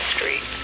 Street